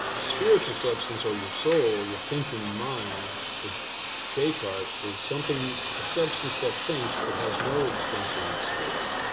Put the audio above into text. spiritual substance or your soul, your thinking mind for descartes is something, a substance that thinks but has no extension in space.